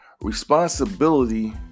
Responsibility